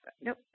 nope